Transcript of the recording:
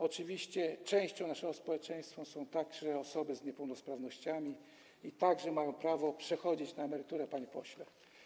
Oczywiście częścią naszego społeczeństwa są także osoby z niepełnosprawnościami i one także mają prawo przechodzić na emeryturę, panie pośle.